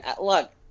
look